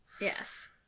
yes